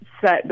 set